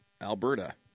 Alberta